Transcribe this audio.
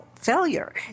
failure